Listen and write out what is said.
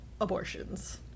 abortions